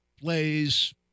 plays